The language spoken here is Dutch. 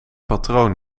patroon